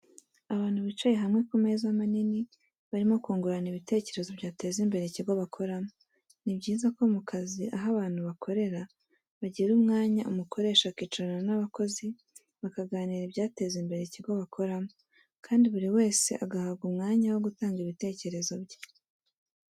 Abantu bicaye hamwe ku meza manini barimo kungurana ibitekerezo byateza imbere ikigo bakoramo. Ni byiza ko mu kazi aho abantu bakorera bagira umwanya umukoresha akicarana n'abakozi bakaganira ibyateza imbere ikigo bakoramo kandi buri wese agahabwa umwanya wo gutanga ibitekerezo bye.